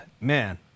man